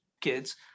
kids